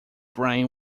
brain